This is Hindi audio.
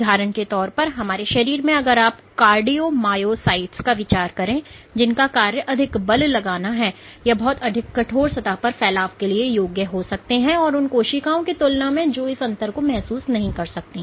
उदाहरण के तौर पर हमारे शरीर में अगर आप कार्डियोमायोसाइटस का विचार करें जिनका कार्य अधिक बल लगाना है यह बहुत अधिक कठोर सतह पर फैलाव के लिए योग्य हो सकते हैं उन कोशिकाओं के तुलना में जो इस अंतर को महसूस नहीं कर सकती हैं